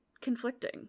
conflicting